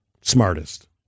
smartest